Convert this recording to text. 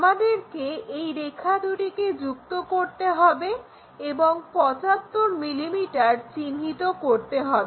আমাদেরকে এই রেখা দুটিকে যুক্ত করতে হবে এবং 75mm চিহ্নিত করতে হবে